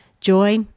Joy